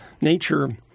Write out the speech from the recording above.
Nature